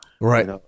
Right